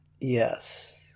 Yes